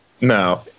no